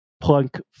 plunk